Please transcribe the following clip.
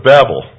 Babel